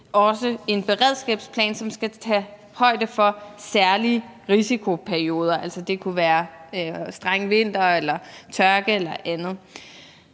en beredskabsplan, som skal tage højde for særlige risikoperioder. Det kunne være strenge vintre eller tørke eller andet.